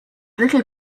little